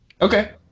Okay